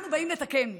אנחנו באים לתקן.